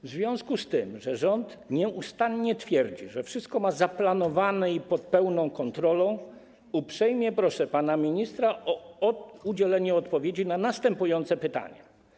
W związku z tym, że rząd nieustannie twierdzi, że wszystko ma zaplanowane i pod pełną kontrolą, uprzejmie proszę pana ministra o udzielenie odpowiedzi na następujące pytania.